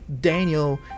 Daniel